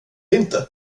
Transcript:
inte